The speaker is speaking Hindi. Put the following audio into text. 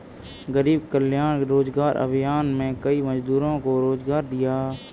गरीब कल्याण रोजगार अभियान में कई मजदूरों को रोजगार दिया